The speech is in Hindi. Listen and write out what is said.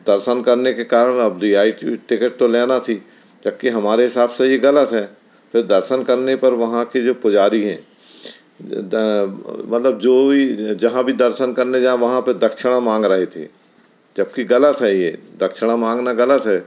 अब दर्शन करने के कारण अब वी आई टिकट तो लेना थी जबकि हमारे हिसाब से यह गलत है फिर दर्शन करने पर वहाँ के जो पुजारी हैँ मतलब जो भी जहाँ भी दर्शन करने जाएँ वहाँ पर दक्षिणा मांग रही थी जबकि गलत है यह दक्षिणा माँगना गलत है